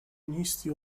نیستی